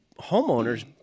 homeowners